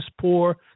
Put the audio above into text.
poor